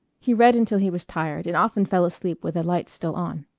he read until he was tired and often fell asleep with the lights still on.